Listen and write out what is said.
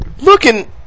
looking